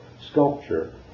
sculpture